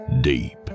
deep